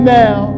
now